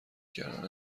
کردن